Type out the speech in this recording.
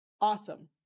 awesome